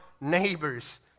neighbors